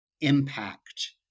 impact